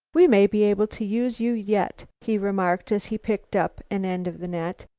we may be able to use you yet, he remarked as he picked up an end of the net.